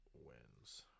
wins